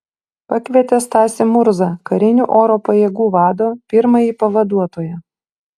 pakvietė stasį murzą karinių oro pajėgų vado pirmąjį pavaduotoją